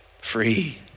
free